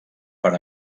per